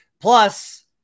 Plus